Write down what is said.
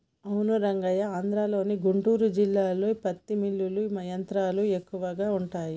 అవును రంగయ్య ఆంధ్రలోని గుంటూరు జిల్లాలో పత్తి మిల్లులు యంత్రాలు ఎక్కువగా ఉంటాయి